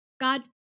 God